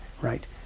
right